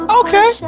okay